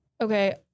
Okay